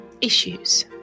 issues